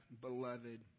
beloved